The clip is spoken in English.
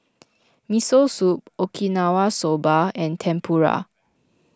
Miso Soup Okinawa Soba and Tempura